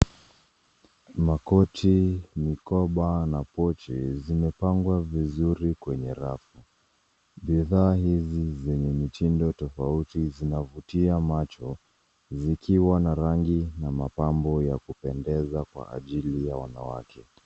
Makoti, mikoba na pochi zimepangwa vizuri kwenye rafu. Bidhaa hizi zenye mtindo tofauti zinavutia macho zikiwa na rangi na mapambo ya kupendeza kwa ajili ya wanawake.